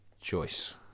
Choice